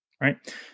right